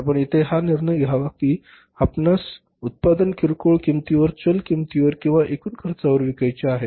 आपण येथे हा निर्णय घ्यावा की आपणास उत्पादन किरकोळ किंमतीवर चल किंमतीवर किंवा एकूण खर्चावर विकायचे आहे